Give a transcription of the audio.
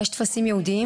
יש טפסים ייעודיים?